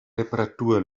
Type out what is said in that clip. reparatur